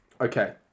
Okay